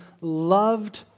loved